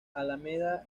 alameda